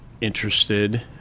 interested